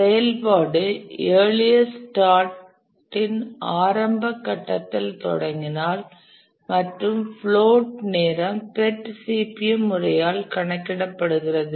செயல்பாடு earliest start இன் ஆரம்ப கட்டத்தில் தொடங்கலாம் மற்றும் பிளோட் நேரம் PERT CPM முறையால் கணக்கிடப்படுகிறது